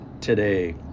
today